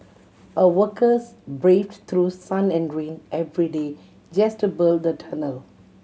a workers braved through sun and rain every day just to build the tunnel